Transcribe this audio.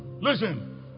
Listen